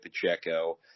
Pacheco